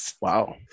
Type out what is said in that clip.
wow